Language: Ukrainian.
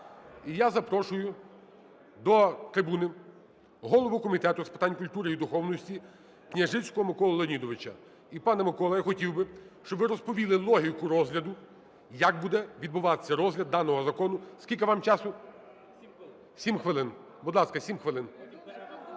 І я запрошую до трибуни голову Комітету з питань культури і духовностіКняжицького Миколу Леонідовича. І, пане Миколо, я хотів би, щоб ви розповіли логіку розгляду, як буде відбуватися розгляд даного Закону. Скільки вам часу? 11:59:07 КНЯЖИЦЬКИЙ М.Л. 7 хвилин.